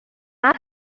not